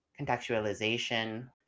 contextualization